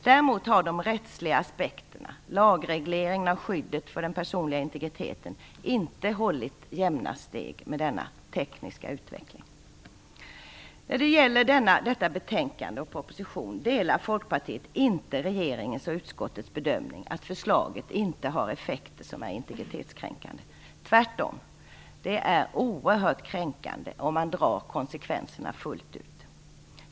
Däremot har de rättsliga aspekterna - lagregleringen av skyddet för den personliga integriteten - inte hållit jämna steg med denna tekniska utveckling. När det gäller detta betänkande och propositionen i fråga delar vi i Folkpartiet inte utskottets och regeringens bedömning att förslaget inte har integritetskränkande effekter. Vi menar att det är tvärtom. Det är faktiskt oerhört kränkande sett till konsekvenserna fullt ut.